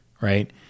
right